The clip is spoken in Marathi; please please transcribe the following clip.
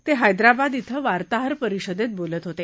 ते हैदराबाद इथं वार्ताहर परिषदेत बोलत होते